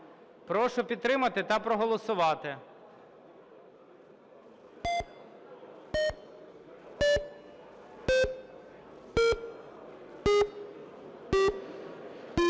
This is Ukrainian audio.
Прошу підтримати та проголосувати.